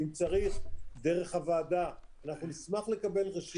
אם צריך דרך הוועדה, אנחנו נשמח לקבל רשימה.